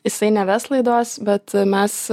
jisai neves laidos bet mes